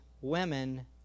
women